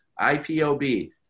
IPOB